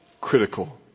critical